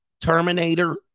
Terminator